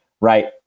Right